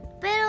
Pero